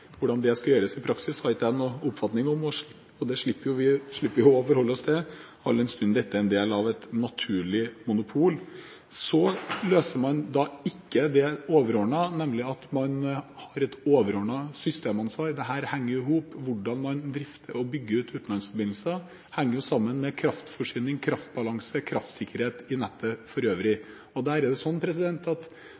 Hvordan det skal gjøres i praksis, har jeg ikke noen oppfatning om. Det slipper vi jo å forholde oss til, all den stund dette er en del av et naturlig monopol. Man løser ikke det overordnede, nemlig at man har et overordnet systemansvar. Dette henger i hop. Hvordan man drifter og bygger ut utenlandsforbindelser, henger sammen med kraftforsyning, kraftbalanse og kraftsikkerhet i nettet for øvrig.